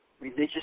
religious